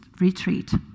retreat